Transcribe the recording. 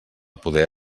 poder